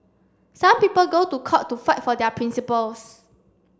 some people go to court to fight for their principles